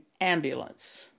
ambulance